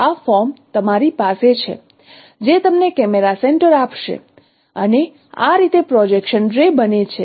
આ ફોર્મ તમારી પાસે છે જે તમને કેમેરા સેન્ટર આપશે અને આ રીતે પ્રોજેક્શન રે બને છે